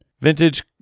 Vintage